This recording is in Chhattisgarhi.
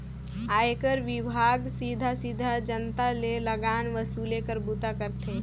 आयकर विभाग सीधा सीधा जनता ले लगान वसूले कर बूता करथे